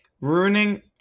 Ruining